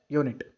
unit